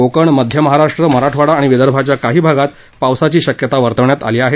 कोकण मध्य महाराष्ट्र मराठवाडा आणि विदर्भाच्या काही भागात पावसाची शक्यता वर्तवण्यात आली आहे